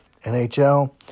NHL